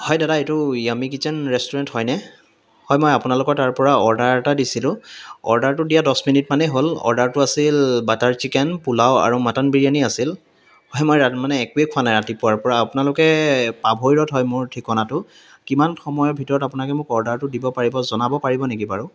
হয় দাদা এইটো য়ামি কিছেন ৰেষ্টুৰেণ্ট হয়নে হয় মই আপোনালোকৰ তাৰপৰা অৰ্ডাৰ এটা দিছিলোঁ অৰ্ডাৰটো দিয়া দহ মিনিট মানেই হ'ল অৰ্ডাৰটো আছিল বাটাৰ চিকেন পোলাও আৰু মাটান বিৰিয়ানী আছিল হয় মই মানে একোৱে খোৱা নাই ৰাতিপুৱাৰ পৰা আপোনালোকে পাভৈ ৰোড হয় মোৰ ঠিকনাটো কিমান সময়ৰ ভিতৰত আপোনালোকে মোক অৰ্ডাৰটো দিব পাৰিব জনাব পাৰিব নেকি বাৰু